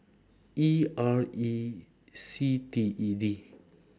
E R E C T E D